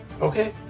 Okay